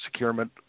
securement